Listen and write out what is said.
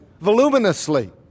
voluminously